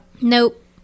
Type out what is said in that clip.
Nope